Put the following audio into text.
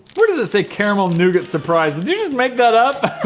what does it say caramel nougat surprises these make that up